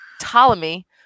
Ptolemy